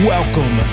Welcome